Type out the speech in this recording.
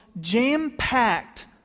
jam-packed